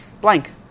blank